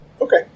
Okay